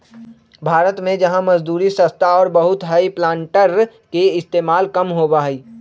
भारत में जहाँ मजदूरी सस्ता और बहुत हई प्लांटर के इस्तेमाल कम होबा हई